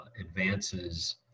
advances